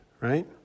right